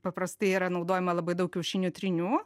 paprastai yra naudojama labai daug kiaušinių trynių